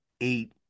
eight